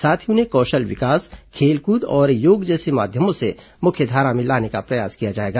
साथ ही उन्हें कौशल विकास खेलकूद और योग जैसे माध्यमों से मुख्यधारा में लाने का प्रयास किया जाएगा